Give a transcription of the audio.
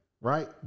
right